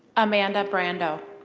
amanda brandow.